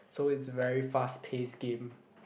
so it's very fast pace game